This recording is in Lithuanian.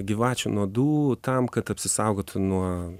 gyvačių nuodų tam kad apsisaugotų nuo